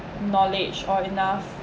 knowledge or enough